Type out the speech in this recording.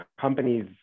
companies